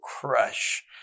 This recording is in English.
crush